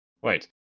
Wait